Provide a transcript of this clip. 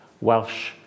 Welsh